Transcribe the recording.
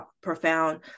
profound